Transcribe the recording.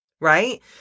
right